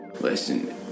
Listen